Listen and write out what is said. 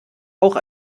auch